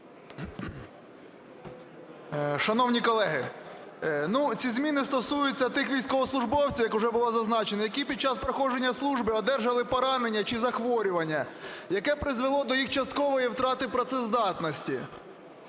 Шановні колеги, ці зміни стосуються тих військовослужбовців, як вже було зазначено, які під час проходження служби одержали поранення чи захворювання, яке призвело до їх часткової втрати працездатності.